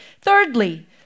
Thirdly